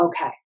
okay